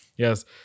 yes